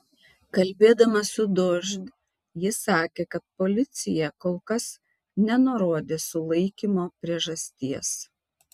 kalbėdama su dožd ji sakė kad policija kol kas nenurodė sulaikymo priežasties